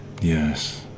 yes